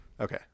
Okay